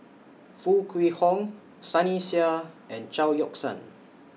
Foo Kwee Horng Sunny Sia and Chao Yoke San